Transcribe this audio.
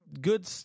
good